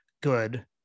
good